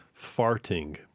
farting